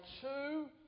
two